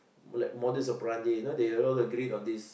like more this so planted you know they all agreed on this